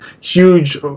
huge